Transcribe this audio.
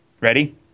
Ready